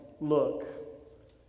Look